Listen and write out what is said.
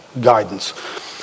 guidance